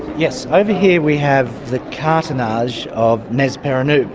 yes, over here we have the cartonnage of nesperennub,